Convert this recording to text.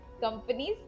companies